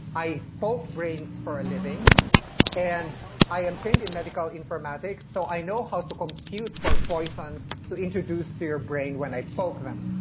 i poke brains for a living and i am trained in medical informatics, so i know how to compute for poisons introduced to your brain when i poke them.